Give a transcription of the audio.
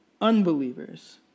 unbelievers